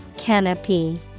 Canopy